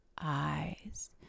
eyes